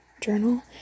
journal